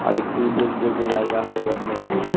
আরেকটি উল্লেখযোগ্য জায়গা হলো বর্ধমানের